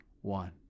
one